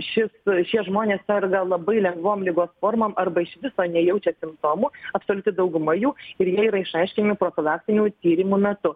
šis šie žmonės serga labai lengvom ligos formom arba iš viso nejaučia simptomų absoliuti dauguma jų ir jie yra išaiškinami profilaktinių tyrimų metu